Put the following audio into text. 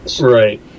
Right